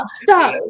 stop